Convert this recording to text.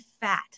fat